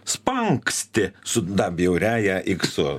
spanksti su ta bjauriąja iksu